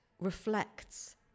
reflects